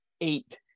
eight